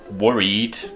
worried